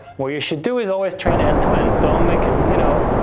what you should do is always train end to end. don't make, ah you know,